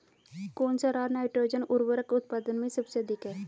कौन सा राज नाइट्रोजन उर्वरक उत्पादन में सबसे अधिक है?